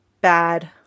bad